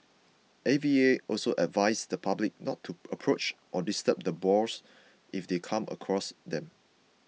A V A also advised the public not to approach or disturb the boars if they come across them